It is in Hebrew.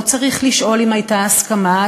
לא צריך לשאול אם הייתה הסכמה,